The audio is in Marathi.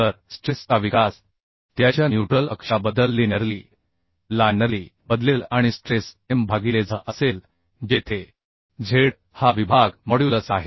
तर स्ट्रेस चा विकास त्याच्या न्यूट्रल अक्षाबद्दल लिनिअर्ली बदलेल आणि स्ट्रेस m भागिले z असेल जेथे z हा विभाग मॉड्युलस आहे